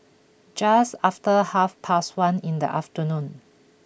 just after half past one in the afternoon